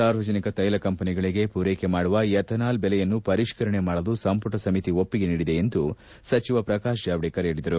ಸಾರ್ವಜನಿಕ ತೈಲ ಕಂಪನಿಗಳಿಗೆ ಪೂರೈಕೆ ಮಾಡುವ ಎಥನಾಲ್ ದೆಲೆಯನ್ನು ಪರಿಷ್ಠರಣೆ ಮಾಡಲು ಸಂಪುಟ ಸಮಿತಿ ಒಪ್ಪಿಗೆ ನೀಡಿದೆ ಎಂದು ಸಚಿವ ಪ್ರಕಾಶ್ ಜಾವಡೇಕರ್ ಹೇಳಿದರು